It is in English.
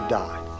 die